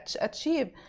achieve